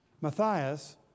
Matthias